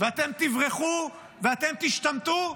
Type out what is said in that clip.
ואתם תברחו, ואתם תשתמטו?